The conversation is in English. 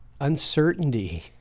uncertainty